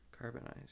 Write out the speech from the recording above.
Carbonized